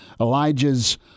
Elijah's